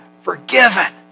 forgiven